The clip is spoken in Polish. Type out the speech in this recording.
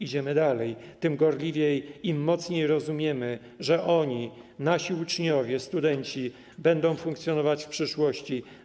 Idziemy dalej tym gorliwiej, im mocniej rozumiemy, że oni, nasi uczniowie, studenci, będą funkcjonować w przyszłości.